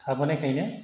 थाबोनायखायनो